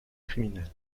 criminelle